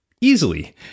easily